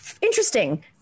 Interesting